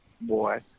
boy